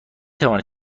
توانید